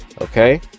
okay